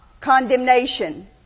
condemnation